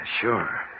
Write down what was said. Sure